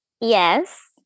Yes